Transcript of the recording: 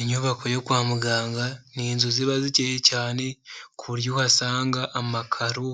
Inyubako yo kwa muganga, ni inzu ziba zikeye cyane ku buryo uhasanga amakaro,